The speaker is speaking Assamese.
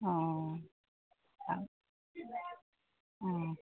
অঁ অঁ অঁ